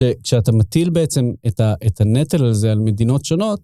שאתה מטיל בעצם את הנטל הזה על מדינות שונות...